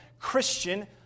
Christian